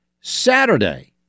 Saturday